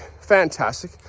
Fantastic